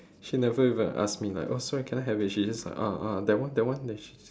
she never even ask me like oh sorry can I have it she just ah ah that one that one then she